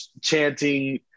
chanting